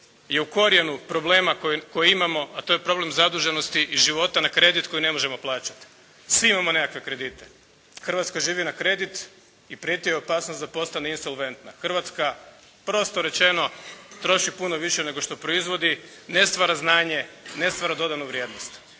je u korijenu problema koji imamo, a to je problema zaduženosti i života na kredit koji ne možemo plaćati. Svi imamo nekakve kredite. Hrvatska živi na kredit i prijeti joj opasnost da postane insolventna. Hrvatska prosto rečeno troši puno više nego što proizvodi, ne stvara znanje, ne stvara dodanu vrijednost,